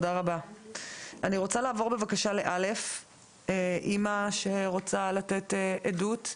אני רוצה לעבור ל-א', אימא שרוצה לתת עדות.